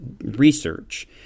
research